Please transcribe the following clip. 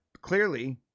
clearly